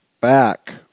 back